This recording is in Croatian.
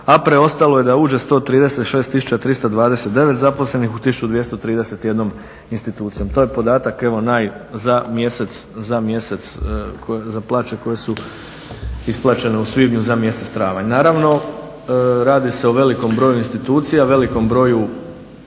a preostalo je da uđe 136 329 zaposlenih u 1231 institucije. To je podatak evo za mjesec, za plaće koje su isplaćene u svibnju za mjesec travanj. Naravno, radi se o velikom broju institucija, velikom broju